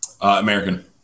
American